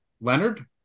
Leonard